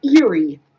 eerie